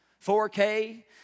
4K